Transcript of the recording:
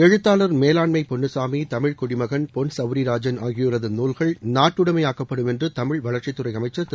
எழுத்தாளர் மேலாண்மை பொன்னுச்சாமி தமிழ்க்குடிமகன் பொன்சவுரிராஜன் ஆகியோரது நூல்கள் நாட்டுடமையாக்கப்படும் என்று தமிழ்வளாக்சித்துறை அமைச்சர் திரு